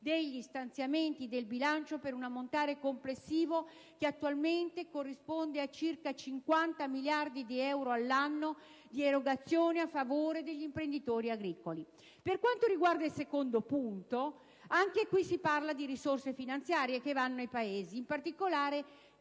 degli stanziamenti del bilancio, per un ammontare complessivo che attualmente corrisponde a circa 50 miliardi di euro all'anno di erogazioni a favore degli imprenditori agricoli. Per quanto riguarda il secondo punto, anche qui si parla di risorse finanziarie che vanno ai Paesi membri. In particolare,